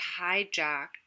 hijacked